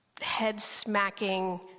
head-smacking